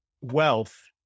wealth